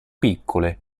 piccole